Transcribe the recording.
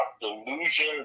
delusion